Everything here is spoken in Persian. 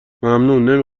ممنون، نمی